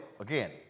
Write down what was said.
Again